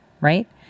right